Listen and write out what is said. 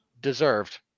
Deserved